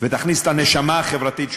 ותכניס את הנשמה החברתית שלך.